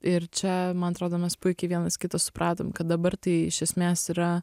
ir čia man atrodo mes puikiai vienas kitą supratom kad dabar tai iš esmės yra